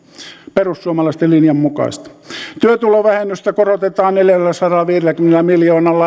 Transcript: perussuomalaisten linjan mukaista työtulovähennystä korotetaan neljälläsadallaviidelläkymmenellä miljoonalla